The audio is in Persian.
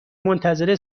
منتظر